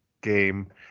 game